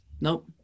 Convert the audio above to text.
Nope